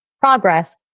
progress